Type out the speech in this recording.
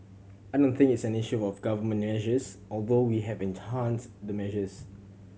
I don't think it's an issue of Government measures although we have enhanced the measures